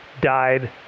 died